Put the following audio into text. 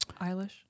eilish